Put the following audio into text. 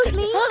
me!